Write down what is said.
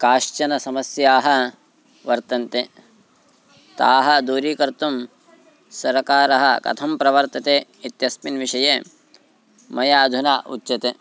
काश्चन समस्याः वर्तन्ते ताः दूरीकर्तुं सरकारः कथं प्रवर्तते इत्यस्मिन् विषये मया अधुना उच्यते